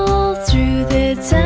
all through the